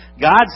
God's